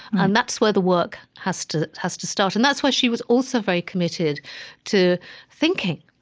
and that's where the work has to has to start. and that's why she was also very committed to thinking.